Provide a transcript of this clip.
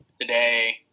today